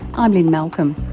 i'm lynne malcolm.